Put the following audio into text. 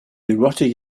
erotic